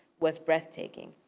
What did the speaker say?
was breathtaking.